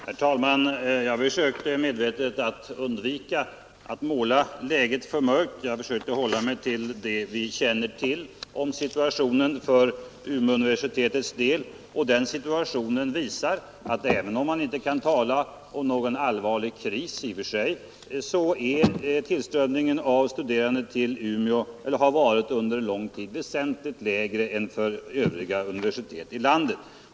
Herr talman! Jag försökte medvetet undvika att måla läget för mörkt, och jag försökte hålla mig till det vi känner till om situationen för Umeåuniversitetets del. Då visar det sig att, även om man i och för sig inte kan tala om någon kris, så har tillströmningen till universitetet i Umeå under en lång tid varit väsentligt lägre än till övriga universitet i landet.